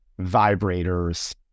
vibrators